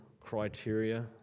criteria